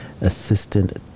assistant